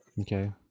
Okay